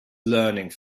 learning